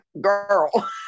Girl